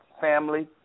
family